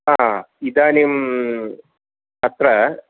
हा इदानीम् अत्र